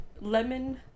Lemon